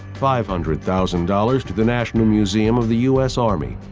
five hundred thousand dollars to the national museum of the u s. army,